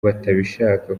batabishaka